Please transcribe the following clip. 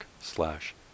slash